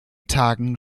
tagen